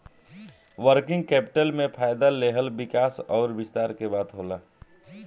working capital में फ़ायदा लेहल विकास अउर विस्तार के बात होला